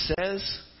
says